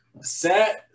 set